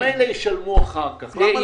ממילא ישלמו אחר כך, למה לא לתת להם קצת אוויר?